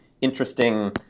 interesting